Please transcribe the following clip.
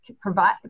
provide